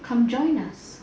come join us